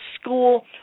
school